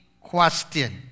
question